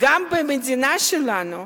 גם במדינה שלנו,